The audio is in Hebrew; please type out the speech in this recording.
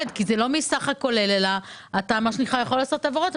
כי זה לא מהסך הכולל אלא אתה יכול לעשות העברות,